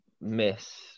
miss